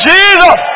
Jesus